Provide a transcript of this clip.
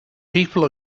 people